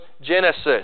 Genesis